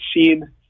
seen